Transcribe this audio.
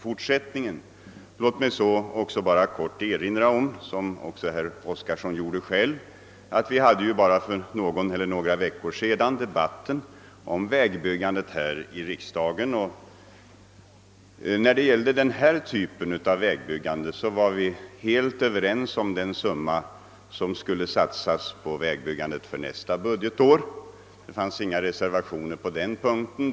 Jag vill också helt kort erinra om — herr Oskarson omnämnde själv saken — att vi för bara några veckor sedan debatterade vägbyggandet här i riksdagen. Och när det gällde denna typ av vägbyggande var vi helt överens om den summa som skulle satsas under nästa år — det fanns inga reservationer på den punkten.